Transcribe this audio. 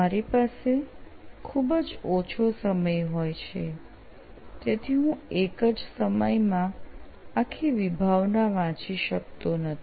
મારી પાસે ખૂબ જ ઓછો સમય હોય છે તેથી હું એક જ સમયમાં આખી વિભાવના વાંચી શકતો નથી